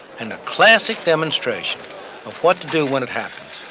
and a classic demonstration of what to do when it happens.